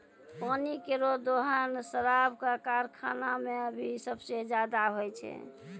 पानी केरो दोहन शराब क कारखाना म भी सबसें जादा होय छै